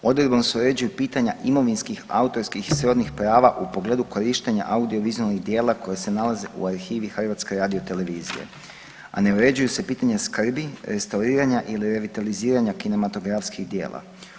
Odredbom se uređuju pitanja imovinskih, autorskih i srodnih prava u pogledu korištenja audiovizualnih dijela koje se nalaze u arhivi HRT-a, a ne uređuju se pitanja skrbi, restauriranja ili revitaliziranja kinematografskih djela.